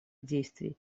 действий